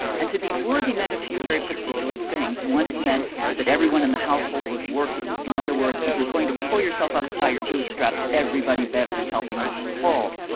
and to be worthy meant a few very particular things. one, it meant that everyone in the household was working. in other words, if you're going to pull yourself up by your bootstraps, everybody better be helping with the pull.